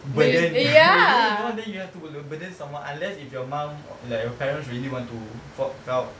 burden already you know and then you have to err burden someone unless if your mum like your parents really want to fork out